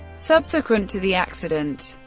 subsequent to the accident,